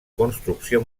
construcció